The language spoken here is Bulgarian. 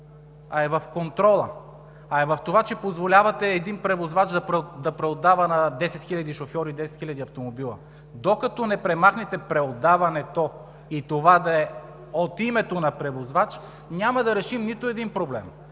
а е в контрола, в това, че позволявате един превозвач да преотдава на десет хиляди шофьори десет хиляди автомобила. Докато не премахнете преотдаването и това да е от името на превозвач, няма да решим нито един проблем.